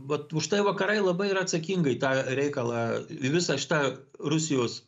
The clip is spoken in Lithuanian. vat užtai vakarai labai ir atsakingai tą reikalą į visą šitą rusijos